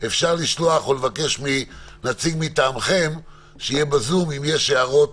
אפשר לשלוח או לבקש מנציג מטעמכם שיהיה בזום אם יש הערות